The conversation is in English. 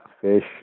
fish